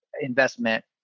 investment